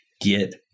get